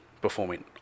performing